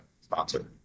sponsor